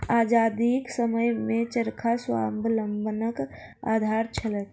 आजादीक समयमे चरखा स्वावलंबनक आधार छलैक